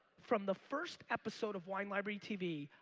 from the first episode of wine library tv,